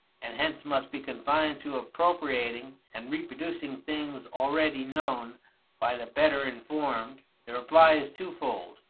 and hence must be confined to appropriating and reproducing things already known by the better informed, the reply is twofold.